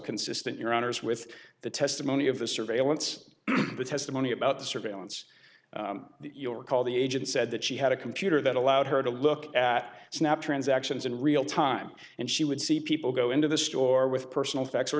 consistent your honour's with the testimony of the surveillance the testimony about the surveillance you'll recall the agent said that she had a computer that allowed her to look at snap transactions in real time and she would see people go into the store with personal